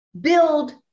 build